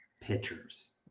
pitchers